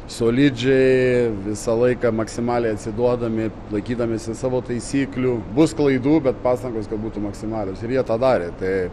solidžiai visą laiką maksimaliai atsiduodami laikydamiesi savo taisyklių bus klaidų bet pastangos kad būtų maksimalios ir jie tą darė tai